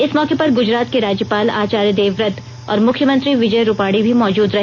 इस मौके पर गुजरात के राज्यपाल आचार्य देवव्रत और मुख्यमंत्री विजय रूपाणी भी मौजूद रहे